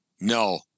no